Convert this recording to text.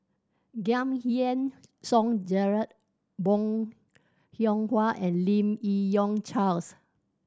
Giam Yean Song Gerald Bong Hiong Hwa and Lim Yi Yong Charles